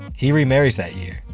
he remarries that year.